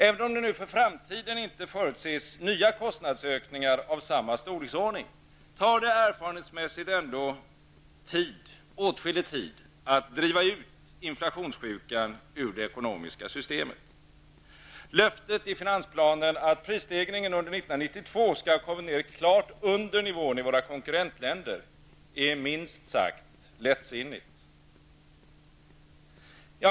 Även om man för framtiden inte förutser nya kostnadsökningar av samma storleksordning tar det erfarenhetsmässigt ändå en avsevärd tid att driva ut inflationssjukan ur det ekonomiska systemet. 1992 skall ha kommit ner klart under nivån i våra konkurrentländer är minst sagt lättsinnigt.